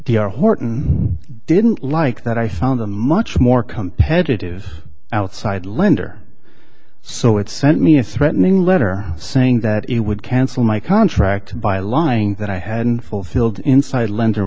d r horton didn't like that i found a much more competitive outside lender so it sent me a threatening letter saying that it would cancel my contract by lying that i hadn't fulfilled inside lend